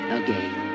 again